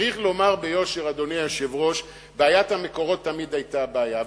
צריך לומר ביושר שבעיית המקורות תמיד היתה הבעיה.